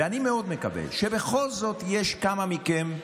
ואני מאוד מקווה שבכל זאת יש כמה מכם,